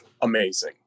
amazing